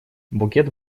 букет